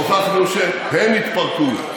הוכחנו שהם התפרקו,